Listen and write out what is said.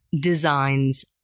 designs